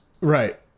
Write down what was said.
right